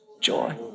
Joy